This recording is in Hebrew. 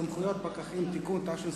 סמכויות פקחים) (תיקון),